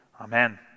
Amen